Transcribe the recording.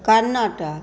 Karnataka